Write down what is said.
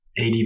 AD